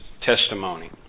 testimony